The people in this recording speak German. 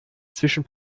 zwischen